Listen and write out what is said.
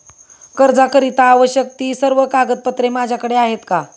कर्जाकरीता आवश्यक ति सर्व कागदपत्रे माझ्याकडे आहेत का?